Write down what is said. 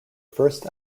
first